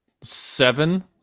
Seven